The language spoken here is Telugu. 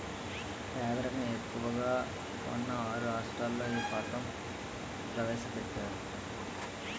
పేదరికం ఎక్కువగా ఉన్న ఆరు రాష్ట్రాల్లో ఈ పథకం ప్రవేశపెట్టారు